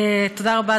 תודה רבה,